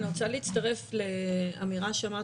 אני רוצה להצטרף לאמירה שאמרת,